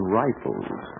rifles